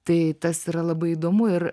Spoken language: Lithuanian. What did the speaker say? tai tas yra labai įdomu ir